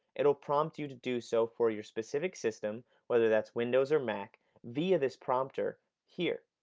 it will prompt you to do so for your specific system whether that's windows or mac via this prompter here.